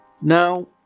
Now